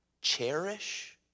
cherish